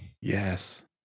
Yes